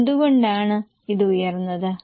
എന്തുകൊണ്ടാണ് ഇത് ഉയർന്നത്